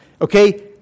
okay